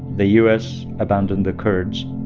the u s. abandoned the kurds